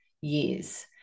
years